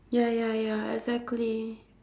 ya ya ya exactly